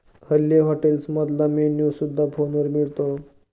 हल्ली हॉटेल्समधला मेन्यू सुद्धा फोनवर मिळतो